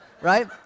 Right